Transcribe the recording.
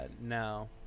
No